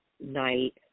night